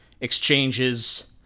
exchanges